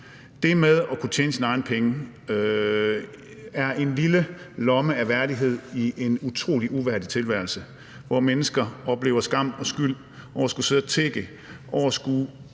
Det med at kunne tjene sine egne penge er en lille lomme af værdighed i en utrolig uværdig tilværelse, hvor mennesker oplever skam og skyld over at skulle sidde og tigge, over